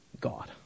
God